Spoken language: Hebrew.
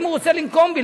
אם הוא רוצה לנקום בי,